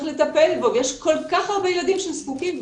יש כל כך הרבה ילדים שזקוקים.